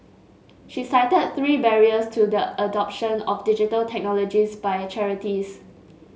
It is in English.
she cited three barriers to the adoption of Digital Technologies by charities